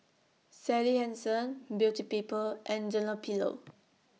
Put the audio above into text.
Sally Hansen Beauty People and Dunlopillo